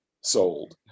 sold